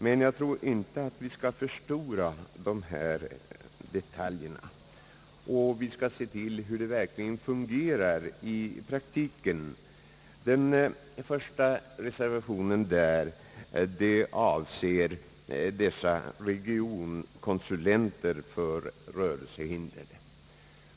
Men jag tror inte att vi skall förstora de här detaljerna, och vi skall se hur det hela fungerar i praktiken. Första reservationen avser regionkonsulenterna för rörelsehindrade.